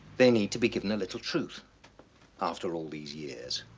they need to be given a little truth after all these years.